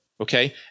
Okay